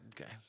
Okay